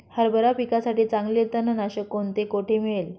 हरभरा पिकासाठी चांगले तणनाशक कोणते, कोठे मिळेल?